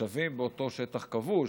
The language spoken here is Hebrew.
התושבים באותו שטח כבוש,